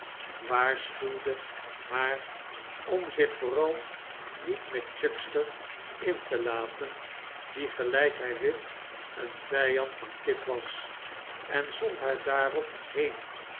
waarschuwde haar om zich vooral niet met chuckster in te laten die gelijk hij wist een vijand van kit was en zond haar daarop heen